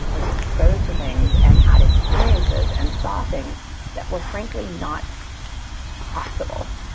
i was exposed to things and had experiences and saw things that were, frankly, not possible.